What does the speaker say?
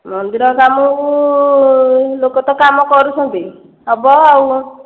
ମନ୍ଦିର କାମକୁ ଲୋକ ତ କାମ କରୁଛନ୍ତି ହବ ଆଉ